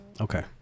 Okay